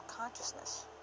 consciousness